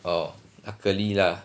oh luckily lah